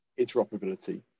interoperability